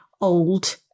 old